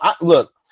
look